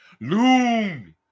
Loom